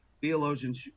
Theologians